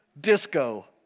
disco